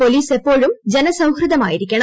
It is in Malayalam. പോലീസ് എപ്പോഴും ജനസൌഹൃദമായിരിക്കണം